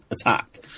attack